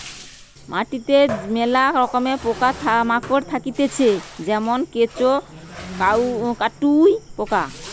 মাটিতে মেলা রকমের পোকা মাকড় থাকতিছে যেমন কেঁচো, কাটুই পোকা